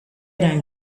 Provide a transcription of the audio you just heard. rang